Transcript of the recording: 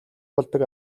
болдог